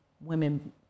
women